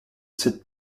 sept